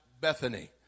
Bethany